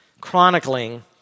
chronicling